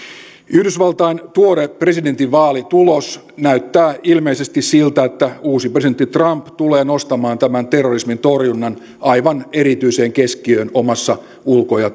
yhdysvaltain tuore presidentinvaalitulos näyttää ilmeisesti siltä että uusi presidentti trump tulee nostamaan terrorismin torjunnan aivan erityiseen keskiöön omassa ulko ja